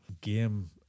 game